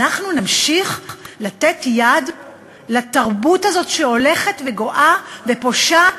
נמשיך לתת יד לתרבות הזאת שהולכת וגואה ופושה?